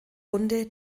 runde